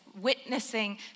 witnessing